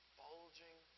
bulging